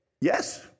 Yes